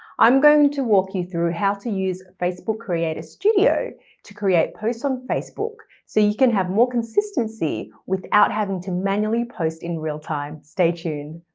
i'm going to walk you through how to use facebook creator studio to create posts on facebook so you can have more consistency without having to manually post in real time. stay tuned.